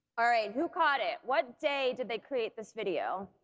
alright, who caught it? what day did they create this video?